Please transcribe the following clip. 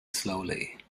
slowly